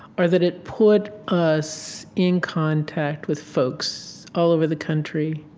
are that it put us in contact with folks all over the country.